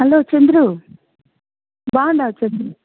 hello Chandru బాగున్నావా చం